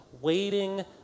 waiting